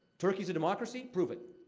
turkey's a democracy? prove it.